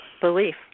Belief